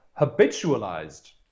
habitualized